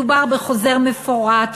מדובר בחוזר מפורט,